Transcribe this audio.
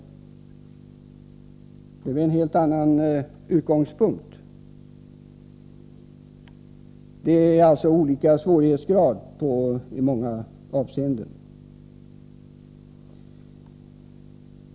Det blir en helt annan utgångspunkt. Det är alltså i många avseenden fråga om olika svårighetsgrader.